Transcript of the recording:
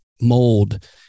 mold